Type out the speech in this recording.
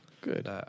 Good